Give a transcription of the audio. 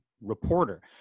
reporter